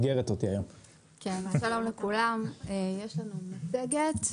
שלום לכולם, יש לנו מצגת.